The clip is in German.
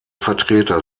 vertreter